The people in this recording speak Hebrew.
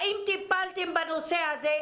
האם טיפלתם בנושא הזה?